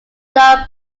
non